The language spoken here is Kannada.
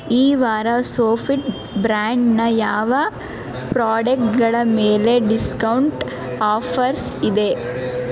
ಈ ವಾರ ಸೋಫಿಟ್ ಬ್ರ್ಯಾಂಡ್ನ ಯಾವ ಪ್ರಾಡಕ್ಟ್ಗಳ ಮೇಲೆ ಡಿಸ್ಕೌಂಟ್ ಆಫರ್ಸ್ ಇದೆ